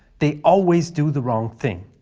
they always do the wrong thing.